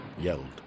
yelled